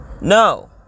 No